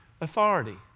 authority